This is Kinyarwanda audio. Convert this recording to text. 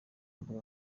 mbuga